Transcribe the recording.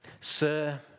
Sir